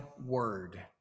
word